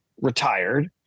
retired